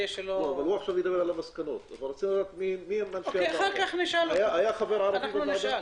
אני רק רוצה לדעת אם היו חברים מהחברה הערבית בוועדה?